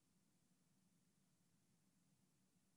הפסקות חשמל, אני אומר מראש.